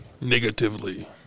Negatively